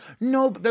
no